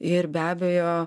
ir be abejo